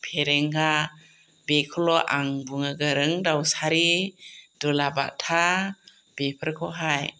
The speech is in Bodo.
फेरेंगा बेखौल' आं बुंनो गोरों दाउसारि दुलाबाथा बेफोरखौहाय